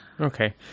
okay